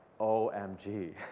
OMG